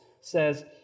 says